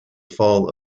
fall